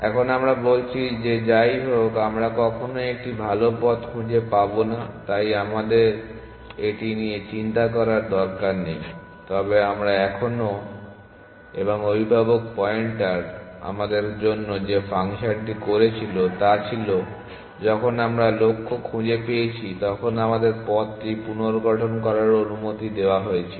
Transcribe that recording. এখন আমরা বলছি যে যাইহোক আমরা কখনই একটি ভাল পথ খুঁজে পাব না তাই আমাদের এটি নিয়ে চিন্তা করার দরকার নেই তবে আমরা এখনও এবং অভিভাবক পয়েন্টার আমাদের জন্য যে ফাংশনটি করেছিল তা ছিল যখন আমরা লক্ষ্য খুঁজে পেয়েছি তখন আমাদের পথটি পুনর্গঠন করার অনুমতি দেওয়া হয়েছিল